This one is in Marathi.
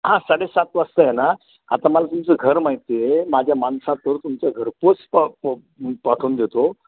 हां साडे सात वाजता आहे ना आता मला तुमचं घर माहिती आहे माझ्या मानसातर तुमचं घरपोच पा प पाठवून देतो